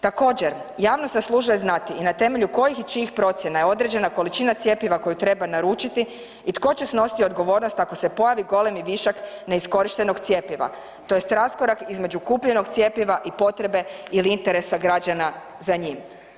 Također, javnost zaslužuje znati i na temelju kojih i čijih procjena je određena količina cjepiva koju treba naručiti i tko će snositi odgovornost ako se pojavi golemi višak neiskorištenog cjepiva, tj. raskorak između kupljenog cjepiva i potrebe ili interesa građana za njim?